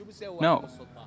No